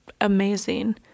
amazing